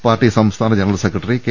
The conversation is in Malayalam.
പാർട്ടി സംസ്ഥാന ജനറൽ സെക്രട്ടറി കെ